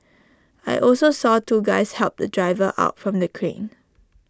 I also saw two guys help the driver out from the crane